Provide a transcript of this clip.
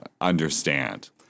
understand